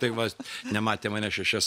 tai va nematė manęs šešias